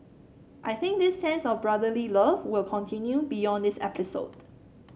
I think this sense of brotherly love will continue beyond this episode